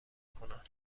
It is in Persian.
کنن